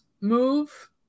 move